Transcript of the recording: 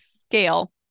scale